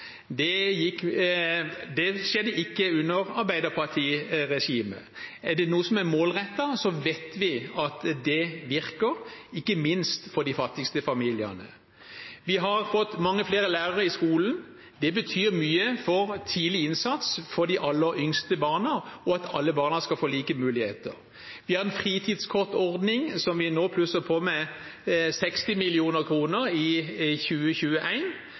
Det skjedde ikke under Arbeiderparti-regimet. Er det noe som er målrettet, vet vi at det virker, ikke minst for de fattigste familiene. Vi har fått mange flere lærere i skolen. Det betyr mye for tidlig innsats for de aller yngste barna, og at alle barna skal få like muligheter. Vi har en fritidskortordning der vi nå plusser på med 60 mill. kr i